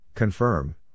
Confirm